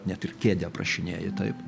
net ir kėdę aprašinėji taip